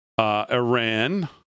Iran